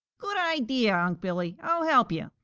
good idea, unc' billy! i'll help you,